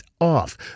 off